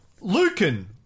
Lucan